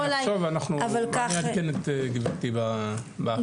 אני אחשוב ואני אעדכן את גברתי בהחלטה.